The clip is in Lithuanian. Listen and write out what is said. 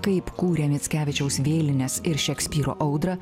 kaip kūrė mickevičiaus vėlines ir šekspyro audrą